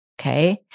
Okay